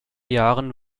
jahren